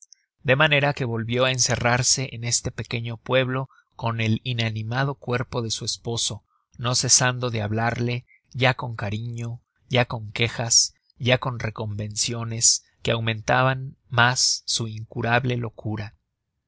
de manera que volvió á encerrarse en este pequeño pueblo con el inanimado cuerpo de su esposo no cesando de hablarle ya con cariño ya con quejas ya con reconvenciones que aumentaban mas su incurable locura